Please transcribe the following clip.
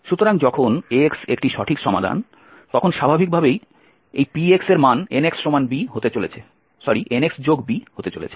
সুতরাং যখন x একটি সঠিক সমাধান তখন স্বাভাবিকভাবেই এই Px এর মান Nxb হতে চলেছে কারণ এখানে Ax b প্রদত্ত আছে